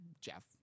Jeff